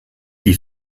die